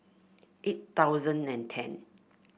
eight thousand and ten